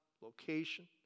location